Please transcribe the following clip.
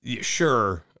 Sure